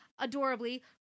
Adorably